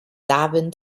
darwin